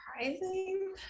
surprising